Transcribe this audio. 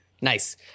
Nice